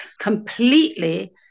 completely